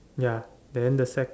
ya then the stack